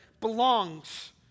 belongs